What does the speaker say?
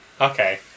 okay